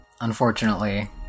unfortunately